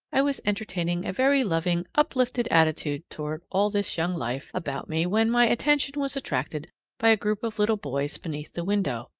i was entertaining a very loving, uplifted attitude toward all this young life about me when my attention was attracted by a group of little boys beneath the window.